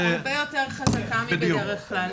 הרבה יותר חזקה מבדרך כלל.